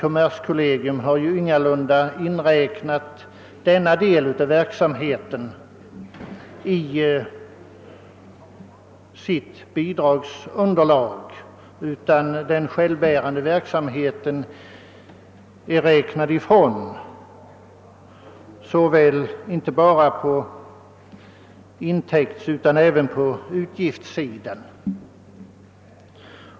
Kommerskollegium har emellertid inte räknat in den delen av verksamheten i sitt förslag till bidrag, utan den självbärande verksamheten är framräknad inte bara på intäktsutan även på utgiftssidan.